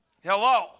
Hello